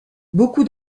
beaucoup